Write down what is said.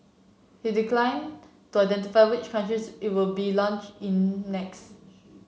he declined to identify which other countries it would be launch in next